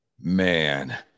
man